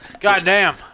Goddamn